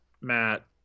Matt